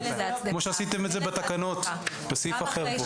כמו שעשיתם בתקנות בסעיף אחר כאן.